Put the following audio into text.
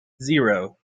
zero